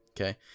Okay